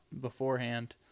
beforehand